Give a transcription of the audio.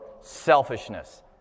selfishness